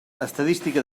estadística